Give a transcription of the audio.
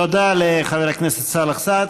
תודה לחבר הכנסת סלאח סעד.